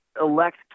elect